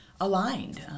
Aligned